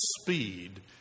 speed